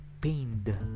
pained